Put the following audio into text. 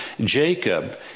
Jacob